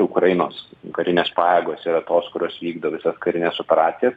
ukrainos karinės pajėgos yra tos kurios vykdo visas karines operacijas